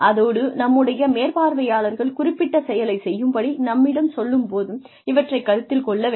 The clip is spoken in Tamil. அதோடு நம்முடைய மேற்பார்வையாளர்கள் குறிப்பிட்ட செயலைச் செய்யும்படி நம்மிடம் சொல்லும் போதும் இவற்றைக் கருத்தில் கொள்ள வேண்டும்